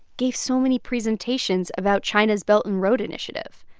gave so many presentations about china's belt and road initiative.